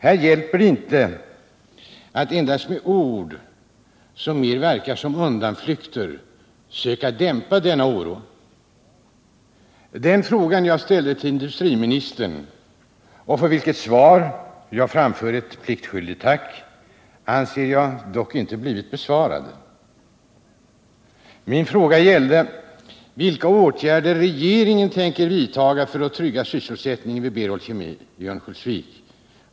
Det hjälper inte att endast med ord som mera verkar vara undanflykter söka dämpa denna oro. Jag framför ett pliktskyldigt tack för svaret på min fråga, som jag dock anser inte har blivit till fullo besvarad. Min fråga gällde vilka åtgärder regeringen tänker vidta för att trygga sysselsättningen vid Berol Kemi i Örnsköldsvik.